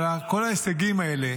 אבל כל ההישגים האלה